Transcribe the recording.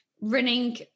running